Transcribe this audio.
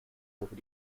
over